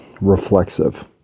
Reflexive